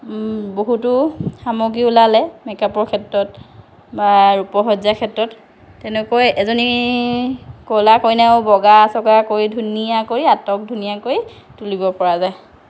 বহুতো সামগ্ৰী ওলালে মেকআপৰ ক্ষেত্ৰত বা ৰূপসজ্জাৰ ক্ষেত্ৰত তেনেকৈ এজনী ক'লা কইনাও বগা চগা কৰি ধুনীয়াকৈ আটক ধুনীয়াকৈ তুলিব পৰা যায়